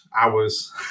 hours